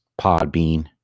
Podbean